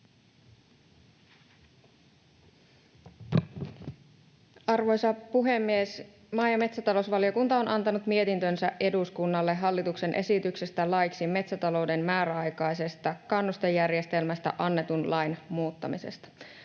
Arvoisa puhemies! Maa- ja metsätalousvaliokunta on antanut mietintönsä eduskunnalle hallituksen esityksestä laiksi metsätalouden määräaikaisesta kannustejärjestelmästä annetun lain muuttamisesta.